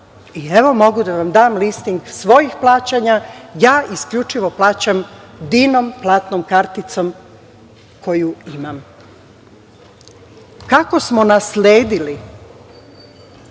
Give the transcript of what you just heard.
Evo, mogu da vam dam listing svojih plaćanja, ja isključivo plaćam "dinom" platnom karticom koju imam. Kako smo nasledili